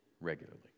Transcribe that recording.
regularly